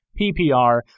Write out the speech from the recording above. PPR